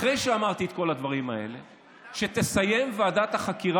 סעיף 52ט,